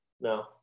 No